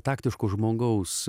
taktiško žmogaus